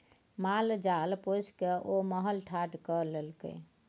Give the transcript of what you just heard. माल जाल पोसिकए ओ महल ठाढ़ कए लेलकै